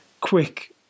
quick